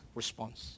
response